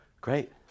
Great